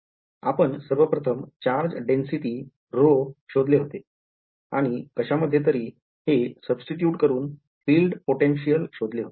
आपण सर्वप्रथम charge density rho शोधले होते आणि कशामध्ये तरी हे substitute करून filed potential शोधले होते